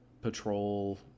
patrol